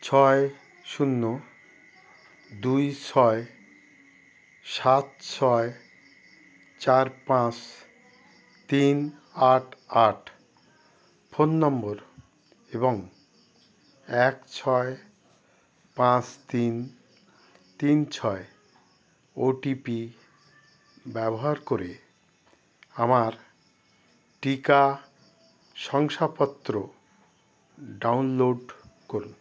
ছয় শূন্য দুই ছয় সাত ছয় চার পাঁশ তিন আট আট ফোন নম্বর এবং এক ছয় পাঁচ তিন তিন ছয় ওটিপি ব্যবহার করে আমার টিকা শংসাপত্র ডাউনলোড করুন